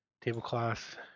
Tablecloth